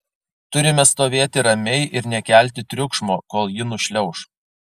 turime stovėti ramiai ir nekelti triukšmo kol ji nušliauš